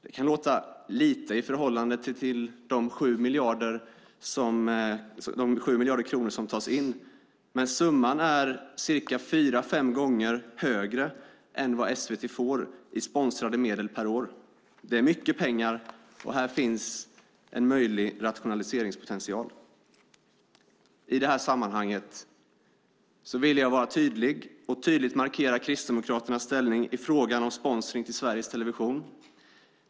Det kan låta lite i förhållande till de 7 miljarder kronor som tas in. Men summan är fyra fem gånger högre än vad SVT får i sponsringsmedel per år. Det är mycket pengar. Här finns en möjlig rationaliseringspotential. I det här sammanhanget vill jag tydligt markera Kristdemokraternas ställning till frågan om sponsring i Sveriges Television.